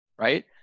right